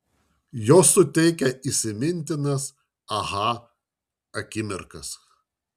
jos suteikia įsimintinas aha akimirkas